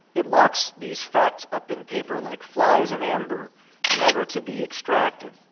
it locks these facts up in paper like flies in amber never to be extracted.